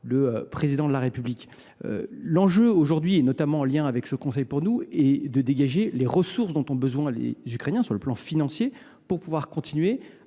le Président de la République. L’enjeu aujourd’hui, notamment dans le cadre de cette réunion du Conseil européen, est de dégager les ressources dont ont besoin les Ukrainiens sur le plan financier pour pouvoir continuer